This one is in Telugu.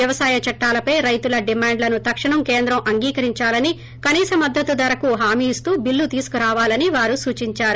వ్యవసాయ చట్లాలపై రైతు డిమాండ్లను తక్షణం కేంద్రం అంగీకరించాలని కనీస మద్దతు ధరకు హామీ ఇస్తూ బిల్లు తీసుకురావాలని వారు సూచించారు